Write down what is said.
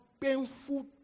painful